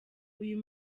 uyu